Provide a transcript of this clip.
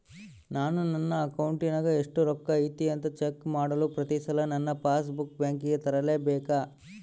ನಾನು ನನ್ನ ಅಕೌಂಟಿನಾಗ ಎಷ್ಟು ರೊಕ್ಕ ಐತಿ ಅಂತಾ ಚೆಕ್ ಮಾಡಲು ಪ್ರತಿ ಸಲ ನನ್ನ ಪಾಸ್ ಬುಕ್ ಬ್ಯಾಂಕಿಗೆ ತರಲೆಬೇಕಾ?